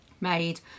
made